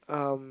um